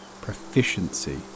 proficiency